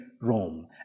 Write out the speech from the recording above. Rome